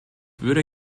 würde